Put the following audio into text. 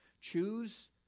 Choose